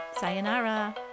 Sayonara